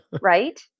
Right